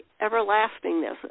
everlastingness